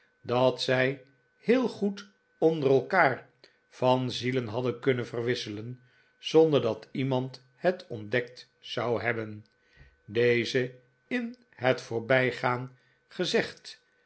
dat zij heel goed onder elkaar van zielen hadden kunnen verwisselen zonder dat iemand het ontdekt zou hebben deze in het voorbijgaan gezegd